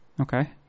Okay